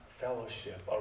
fellowship